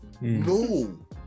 no